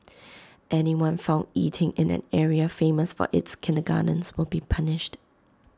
anyone found eating in an area famous for its kindergartens will be punished